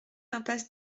impasse